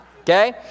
Okay